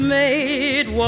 made